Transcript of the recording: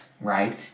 right